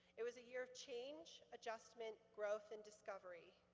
it was a year of change, adjustment, growth, and discovery.